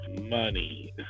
money